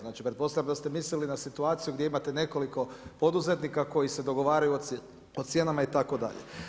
Znači, pretpostavljam da ste mislili na situaciju gdje imate nekoliko poduzetnika koji se dogovaraju o cijenama itd.